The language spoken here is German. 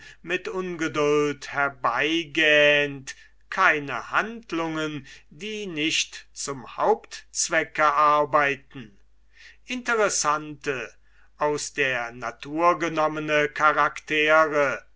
mit ungeduld herbeigähnt keine handlungen die nicht zum hauptzwecke arbeiten interessante aus der natur genommene charaktere